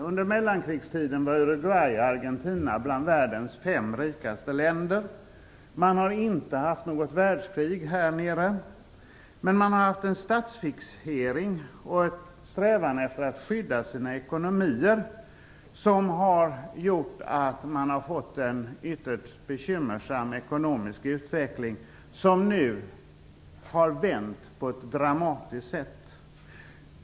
Under mellankrigstiden var Uruguay och Argentina bland världens fem rikaste länder. Man har inte haft något världskrig här nere, men man har haft en statsfixering och en strävan efter att skydda sina ekonomier, som har gjort att man har fått en ytterst bekymmersam ekonomisk utveckling. Den har nu vänt på ett dramatiskt sätt.